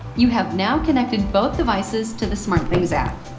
you have now connected both devices to the smartthings app.